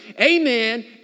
Amen